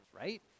right